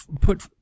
put